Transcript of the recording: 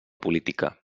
política